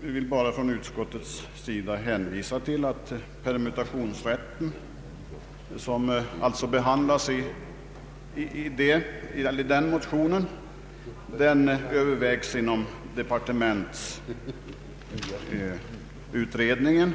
Vi vill från utskottets sida endast hänvisa till att permutationsrätten, som alltså behandlas i motionen, övervägs inom departementsutredningen.